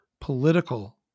political